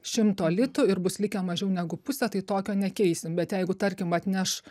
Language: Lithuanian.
šimto litų ir bus likę mažiau negu pusė tai tokio nekeisim bet jeigu tarkim atneš